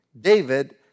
David